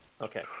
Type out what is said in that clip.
Okay